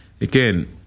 again